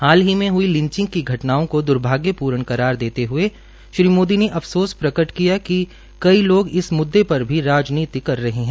हाल ही में हई लिंचिंग की घटनाओं को द्र्भाग्यपूर्ण करार देते हए श्री मोदी ने अफसोस प्रकट किया कि कई लोग इस म्द्दे पर भी राजनीति कर रहे है